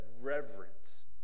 reverence